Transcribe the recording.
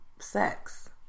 sex